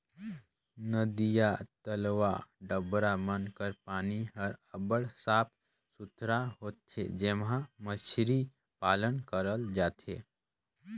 नदिया, तलवा, डबरा मन कर पानी हर अब्बड़ साफ सुथरा होथे जेम्हां मछरी पालन करल जाथे